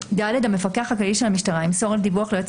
המפקח הכללי של המשטרה ימסור דיווח ליועצת